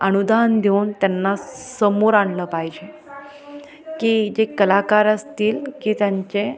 अनुदान देऊन त्यांना समोर आणलं पाहिजे की ते कलाकार असतील की त्यांचे